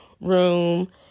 room